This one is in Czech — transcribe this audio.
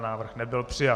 Návrh nebyl přijat.